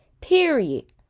period